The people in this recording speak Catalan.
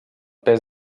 pes